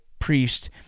Priest